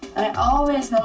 always